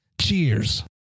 Cheers